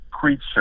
creature